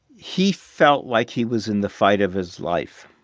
he felt like he was in the fight of his life.